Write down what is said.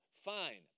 fine